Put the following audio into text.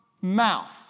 mouth